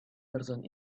person